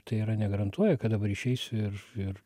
tai yra negarantuoja kad dabar išeisiu ir ir